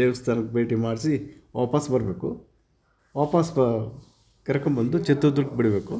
ದೇವಸ್ಥಾನಕ್ಕೆ ಭೇಟಿ ಮಾಡಿಸಿ ವಾಪಸ್ಸು ಬರ್ಬೇಕು ವಾಪಸ್ಸು ಕರ್ಕೊಂಬಂದು ಚಿತ್ರದುರ್ಗಕ್ಕೆ ಬಿಡ್ಬೇಕು